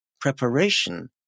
preparation